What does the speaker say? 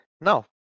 now